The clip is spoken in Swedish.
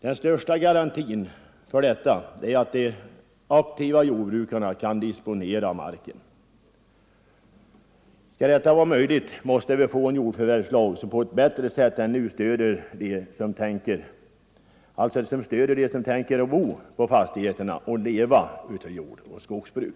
Den största garantin härför är att de aktiva jordbrukarna kan disponera marken. Skall detta — Nr 137 vara möjligt måste vi få en jordförvärvslag som på ett bättre sätt än Fredagen den nu stöder dem som tänker bo på fastigheterna och leva av jordoch 6 december 1974 skogsbruk.